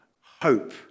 hope